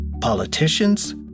politicians